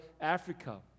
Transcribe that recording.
africa